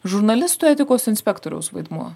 žurnalistų etikos inspektoriaus vaidmuo